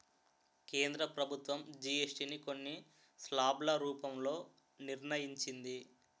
కేంద్ర ప్రభుత్వం జీఎస్టీ ని కొన్ని స్లాబ్ల రూపంలో నిర్ణయించింది